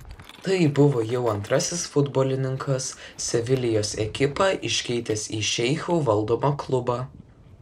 tai buvo jau antrasis futbolininkas sevilijos ekipą iškeitęs į šeichų valdomą klubą